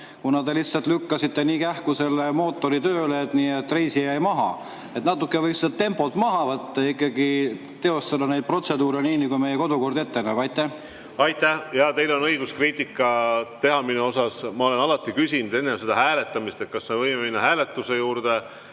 kuna te lihtsalt lükkasite nii kähku selle mootori tööle, et reisija jäi maha. Natukene võiks tempot maha võtta ja ikkagi teostada neid protseduure nii, nagu meie kodukord ette näeb. Aitäh! Jaa, teil on õigus kriitikat teha minu kohta. Ma olen alati küsinud enne hääletamist, kas me võime minna hääletuse juurde.